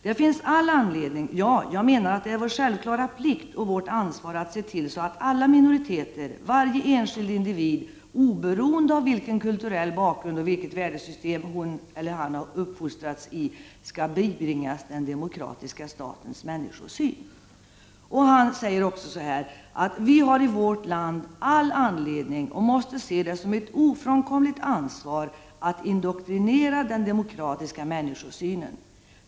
—--- Det finns all anledning, ja jag menar att det är vår självklara plikt och vårt ansvar, att se till så att alla minoriteter, varje enskild individ, oberoende av vilken kulturell bakgrund och vilket värdesystem hon/han uppfostrats i, ska bibringas den demokratiska statens människosyn. -—-—- Vi har i vårt land all anledning, och måste se det som ett ofrånkomligt ansvar, att indoktrinera den demokratiska människosynen.